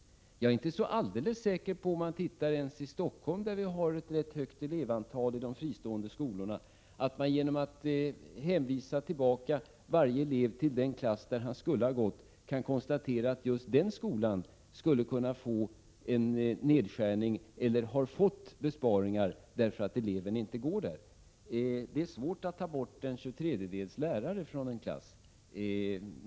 Inte ens beträffande Stockholm, där vi har ett rätt stort antal elever i de fristående skolorna, är jag säker på att man genom att undersöka i vilken klass varje elev skulle ha gått kommer fram till att en viss skola kunnat göra nedskärningar eller gjort besparingar på grund av att de fristående skolornas elever inte går där. Det är svårt att ta bort en tjugotredjedels lärare från en klass.